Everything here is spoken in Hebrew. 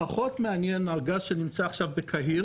פחות מעניין על גז שנמצא עכשיו בקהיר